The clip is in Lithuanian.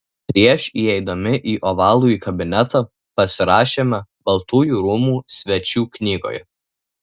prieš įeidami į ovalųjį kabinetą pasirašėme baltųjų rūmų svečių knygoje